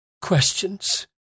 questions